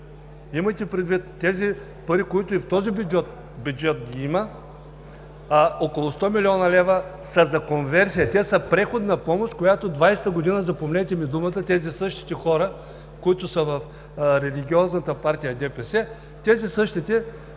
Имайте предвид, че тези пари, които и в този бюджет ги има, около 100 млн. лв., са за конверсия. Те са преходна помощ, която 2020 г. – запомнете ми думата, тези същите хора, които са в религиозната партия ДПС, тези същите